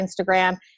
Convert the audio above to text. Instagram